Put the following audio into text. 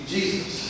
Jesus